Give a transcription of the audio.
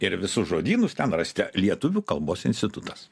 ir visus žodynus ten rasite lietuvių kalbos institutas